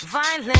i